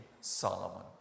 Solomon